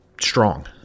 strong